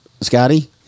Scotty